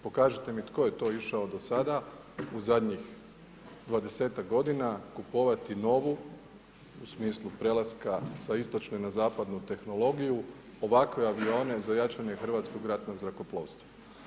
Pokažite mi tko je to išao do sada u zadnjih 20-tak godina kupovati novu u smislu prelaska sa istočne na zapadnu tehnologiju, ovakve avione za jačanje Hrvatskog ratnog zrakoplovstva.